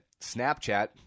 Snapchat